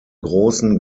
großen